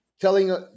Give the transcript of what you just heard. telling